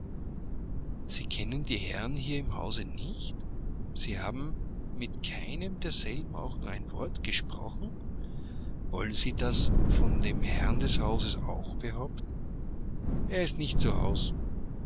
sie kennen die herren hier im hause nicht sie haben mit keinem derselben auch nur ein wort gesprochen wollen sie das von dem herrn des hauses auch behaupten er ist nicht zu hause